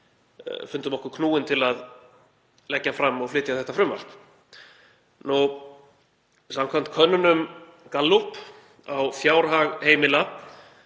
fundum okkur knúin til að leggja fram og flytja þetta frumvarp. Samkvæmt könnunum Gallup á fjárhag heimila